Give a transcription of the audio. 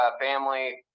family